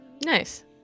Nice